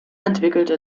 entwickelte